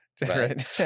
Right